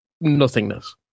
nothingness